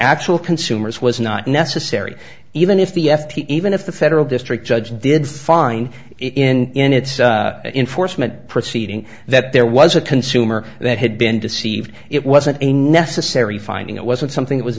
actual consumers was not necessary even if the f t even if the federal district judge did find it in in its enforcement proceeding that there was a consumer that had been deceived it wasn't a necessary finding it wasn't something that was